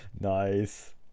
Nice